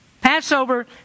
Passover